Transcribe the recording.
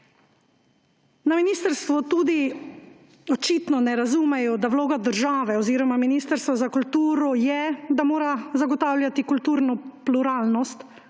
Na ministrstvu tudi očitno ne razumejo, da vloga države oziroma Ministrstvo za kulturo je, da mora zagotavljati kulturno pluralnost,